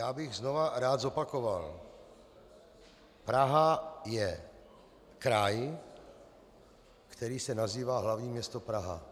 Já bych znova rád zopakoval: Praha je kraj, který se nazývá hlavní město Praha.